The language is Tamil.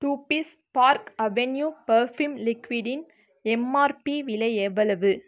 two piece Park Avenue perfume லிக்விடின் எம்ஆர்பி விலை எவ்வளவு